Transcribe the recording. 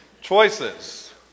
Choices